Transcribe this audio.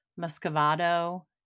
Muscovado